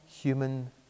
human